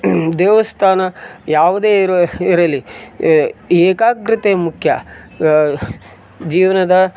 ದೇವಸ್ಥಾನ ಯಾವುದೇ ಇರಲಿ ಏಕಾಗ್ರತೆ ಮುಖ್ಯ ಜೀವನದ